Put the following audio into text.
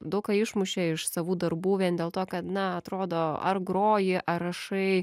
daug ką išmušė iš savų darbų vien dėl to kad na atrodo ar groji ar rašai